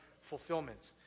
fulfillment